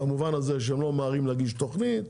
במובן הזה שהם לא ממהרים להגיש תוכנית,